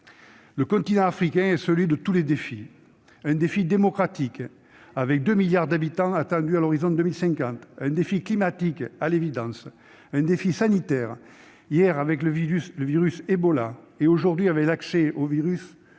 le continent africain est celui de tous les défis : un défi démographique, avec 2 milliards d'habitants attendus à l'horizon de 2050, un défi climatique, à l'évidence, un défi sanitaire, hier avec le virus Ebola, aujourd'hui avec l'accès aux vaccins